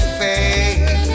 faith